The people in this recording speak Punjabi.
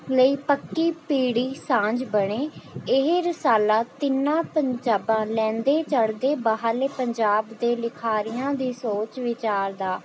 ਲਈ ਪੱਕੀ ਪੀੜ੍ਹੀ ਸਾਂਝ ਬਣੇ ਇਹ ਰਸਾਲਾ ਤਿੰਨਾਂ ਪੰਜਾਬਾਂ ਲਹਿੰਦੇ ਚੜ੍ਹਦੇ ਬਾਹਰਲੇ ਪੰਜਾਬ ਦੇ ਲਿਖਾਰੀਆਂ ਦੀ ਸੋਚ ਵਿਚਾਰ ਦਾ